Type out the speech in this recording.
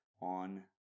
on